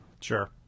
Sure